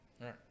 right